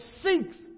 seeks